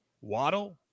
Waddle